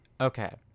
Okay